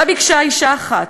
באה אישה אחת,